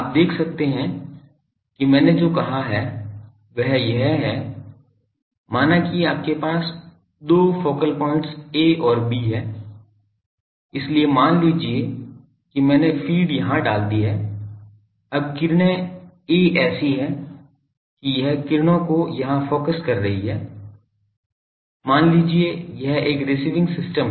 आप देख सकते हैं कि मैंने जो कहा है वह यह है मानाकि आपके पास दो फोकल पॉइंट्स A और B हैं इसलिए मान लीजिए कि मैंने फ़ीड यहां डाल दी है अब किरणें A ऐसी है कि यह किरणों को यहां फोकस कर रही है मान लीजिए यह एक रिसीविंग सिस्टम है